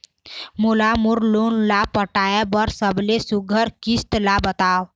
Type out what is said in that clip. मोला मोर लोन ला पटाए बर सबले सुघ्घर किस्त ला बताव?